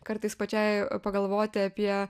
kartais pačiai pagalvoti apie